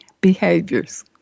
behaviors